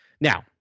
now